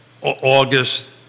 August